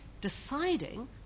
deciding